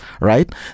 Right